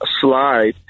slide